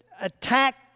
attack